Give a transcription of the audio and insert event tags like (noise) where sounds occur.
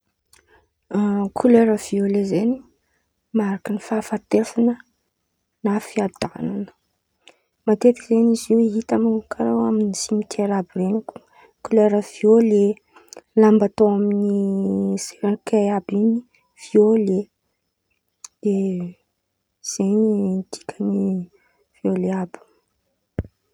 (hesitation) kolera viôle zen̈y mariky ny fahafatesan̈a na fiadan̈ana. Matetiky zen̈y izy io hitan̈ao karàha amy simitiera àby ren̈y kolera viôle, lamba atao amy serkin àby in̈y viôle, de zay no dikan̈y viôle àby io.